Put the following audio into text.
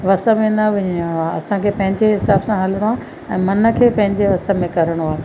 वस में वञणो आहे असांखे पंहिंजे हिसाब सां हलिणो आहे ऐं मन खे पंहिंजे वस में करिणो आहे